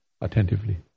attentively